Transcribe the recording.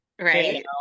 Right